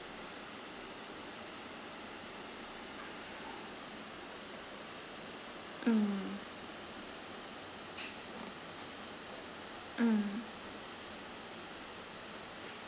mm mm